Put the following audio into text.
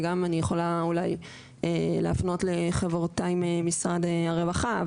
וגם אני יכולה אולי להפנות לחברותיי ממשרד הרווחה.